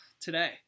today